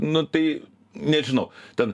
nu tai nežinau ten